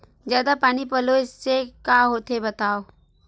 जादा पानी पलोय से का होथे बतावव?